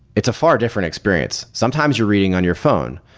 it's a far different experience. sometimes you're reading on your phone.